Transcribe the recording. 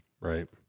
Right